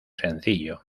sencillo